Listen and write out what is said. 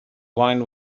wine